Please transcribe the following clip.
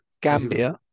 Gambia